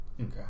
Okay